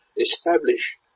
establish